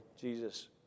Jesus